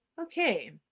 okay